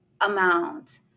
amount